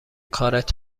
کارت